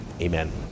Amen